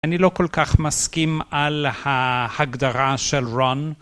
אני לא כל כך מסכים על ההגדרה של רון.